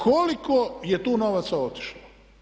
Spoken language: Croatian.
Koliko je tu novaca otišlo?